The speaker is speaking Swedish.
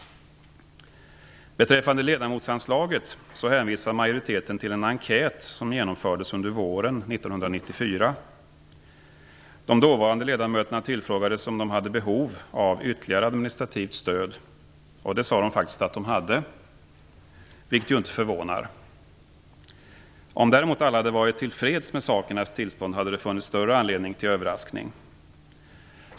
Beträffande ledamotsanslaget hänvisar majoriteten till en enkät som genomfördes under våren 1994. De dåvarande ledamöterna tillfrågades om de hade behov av ytterligare administrativt stöd, och det sade de faktiskt att de hade, vilket ju inte förvånar. Om däremot alla varit tillfreds med sakernas tillstånd hade det funnits större anledning till överraskning.